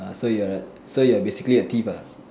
ah so you're a so you're basically a thief ah